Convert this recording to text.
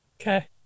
Okay